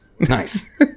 Nice